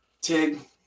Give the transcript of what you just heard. TIG